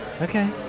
Okay